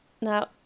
now